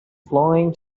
flying